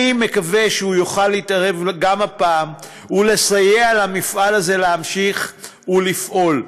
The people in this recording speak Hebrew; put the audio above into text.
אני מקווה שהוא יוכל להתערב גם הפעם ולסייע למפעל הזה להמשיך לפעול.